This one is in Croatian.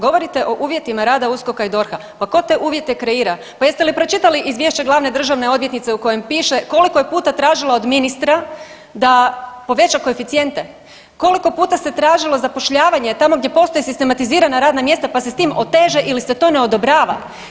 Govorite o uvjetima rada USKOK-a i DORH-a, pa tko te uvjete kreira, pa jeste li pročitali izvješće glavne državne odvjetnice u kojem piše koliko je puta tražila od ministra da poveća koeficijente, koliko puta se tražilo zapošljavanje tamo gdje postoje sistematizirana radna mjesta pa se s tim oteže ili se to ne odobrava.